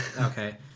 Okay